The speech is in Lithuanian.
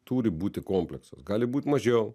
turi būti kompleksas gali būt mažiau